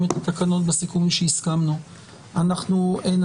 אנחנו עכשיו מקריאים את התקנות בסיכומים שהסכמנו.